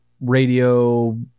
radio